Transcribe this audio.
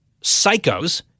psychos